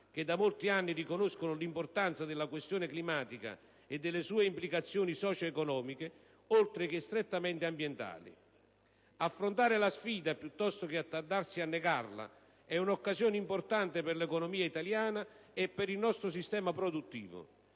da molti anni riconoscono l'importanza della questione climatica e delle sue implicazioni socio-economiche, oltre che strettamente ambientali. Affrontare la sfida piuttosto che attardarsi a negarla è un'occasione importante per l'economia italiana e per il nostro sistema produttivo;